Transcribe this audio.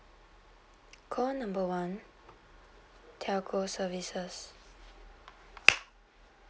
call number one telco services